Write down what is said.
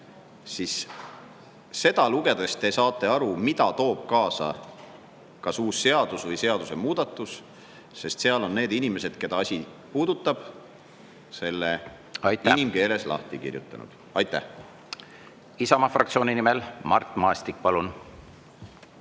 siis seda lugedes te saate aru, mida toob kaasa uus seadus või seadusemuudatus, sest seal on need inimesed, keda asi puudutab, selle inimkeeles lahti kirjutanud. Aitäh! Aitäh! Isamaa fraktsiooni nimel Mart Maastik, palun!